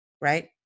right